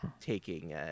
taking